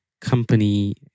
company